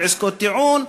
ועסקות טיעון,